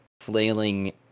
flailing